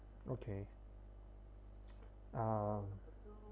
okay um